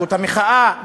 זכות המחאה,